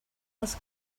els